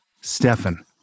Stefan